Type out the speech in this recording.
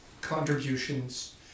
contributions